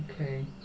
Okay